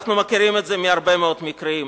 אנחנו מכירים את זה מהרבה מאוד מקרים.